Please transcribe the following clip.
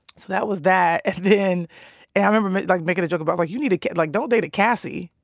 so that was that. and then and i remember, like, making a joke about like you need a like, don't date a cassie.